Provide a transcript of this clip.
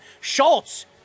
Schultz